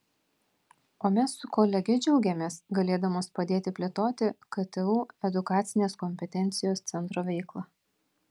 o mes su kolege džiaugiamės galėdamos padėti plėtoti ktu edukacinės kompetencijos centro veiklą